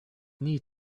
need